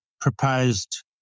proposed